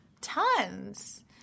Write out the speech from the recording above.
Tons